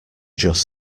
just